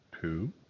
two